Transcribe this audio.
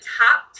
top